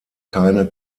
keine